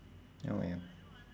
oh ya